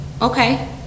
Okay